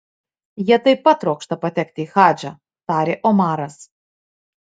jie taip pat trokšta patekti į hadžą tarė omaras